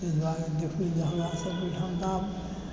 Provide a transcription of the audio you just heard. ताहि दुआरे देखू जे हमरा सभ ओहिठाम तऽ आब